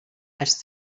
als